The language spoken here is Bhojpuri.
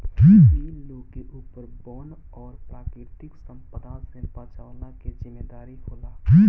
इ लोग के ऊपर वन और प्राकृतिक संपदा से बचवला के जिम्मेदारी होला